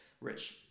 Rich